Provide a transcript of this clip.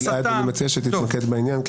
גלעד, אני מציע שתתמקד בעניין.